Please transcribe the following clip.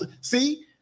see